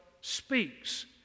speaks